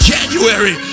January